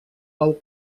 pau